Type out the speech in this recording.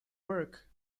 work